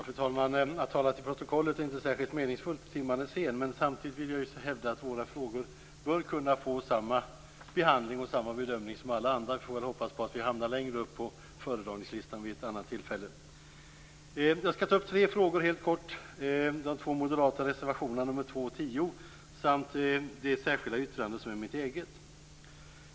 Fru talman! Att tala till protokollet är inte särskilt meningsfullt. Timmen är sen. Men samtidigt vill jag hävda att våra frågor bör kunna få samma behandling och samma bedömning som alla andra. Vi får väl hoppas att vi hamnar högre upp på föredragningslistan vid ett annat tillfälle. Jag skall kortfattat ta upp tre frågor - de två moderata reservationerna 2 och 4 samt mitt särskilda yttrande.